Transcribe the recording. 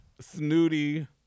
snooty